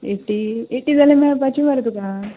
एटी एटी जाल्यार मेळपाची मरे तुका